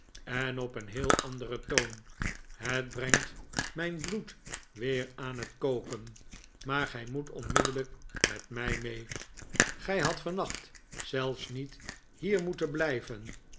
en op een heel anderen toon het brengt mijn bloed weer aan het koken maar gij moet onmiddellijk met mij mee gij hadt vannacht zelfs niet hier moeten blijven